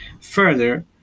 Further